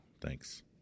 Thanks